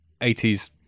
80s